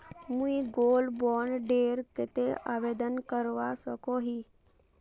मुई gold bond डेर केते आवेदन करवा सकोहो ही?